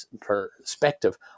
perspective